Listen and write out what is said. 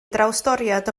drawstoriad